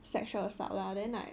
sexual assault lah then like